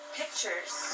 pictures